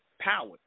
power